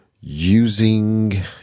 using